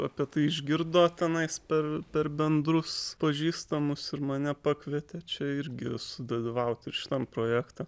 apie tai išgirdo tenais per per bendrus pažįstamus ir mane pakvietė čia irgi sudalyvauti šitam projekte